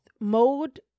mode